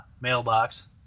mailbox